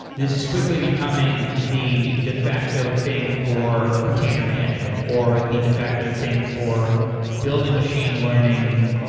this is quickly becoming the de facto thing for container management or the de facto thing for building machine learning,